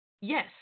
yes